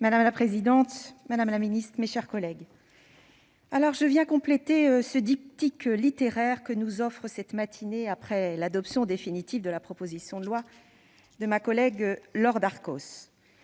Madame la présidente, madame la ministre, mes chers collègues, je viens compléter le diptyque littéraire que nous offre cette matinée, après l'adoption définitive de la proposition de loi de Laure Darcos.